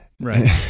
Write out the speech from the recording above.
right